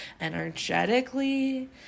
energetically